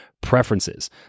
preferences